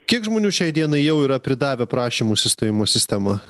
kiek žmonių šiai dienai jau yra pridavę prašymus įstojimo sistema